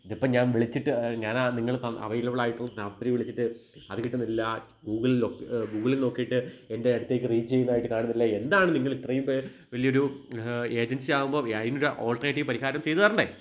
ഇതിപ്പോള് ഞാന് വിളിച്ചിട്ട് ഞാനാ നിങ്ങള് ത അവയിലബളായിട്ടുള്ള നമ്പറില് വിളിച്ചിട്ട് അത് കിട്ടുന്നില്ല ഗൂഗിളിൽ ലൊ ഗൂഗിളിൽ നോക്കിയിട്ട് എൻ്റെ അടുത്തേക്ക് റീചെയ്തതായിട്ട് കാണുന്നില്ല എന്താണ് നിങ്ങളിത്രയും പേർ വലിയൊരു ഏജൻസിയാവുമ്പൊള് അതിനൊരു ഓൾട്ടർനേറ്റീവ് പരിഹാരം ചെയ്ത് തരണ്ടെ